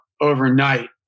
overnight